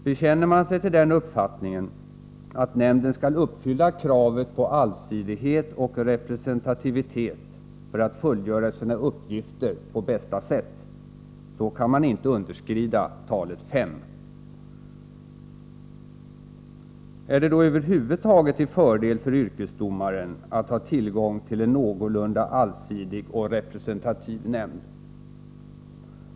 Bekänner man sig till den uppfattningen att nämnden skall uppfylla kravet på allsidighet och representativitet för att fullgöra sina uppgifter på bästa sätt, kan man inte underskrida talet fem. Är det då över huvud taget till fördel för yrkesdomaren att ha tillgång till en någorlunda allsidig och representativ nämnd?